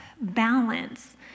balance